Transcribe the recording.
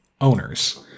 owners